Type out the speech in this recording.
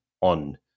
on